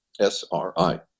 SRI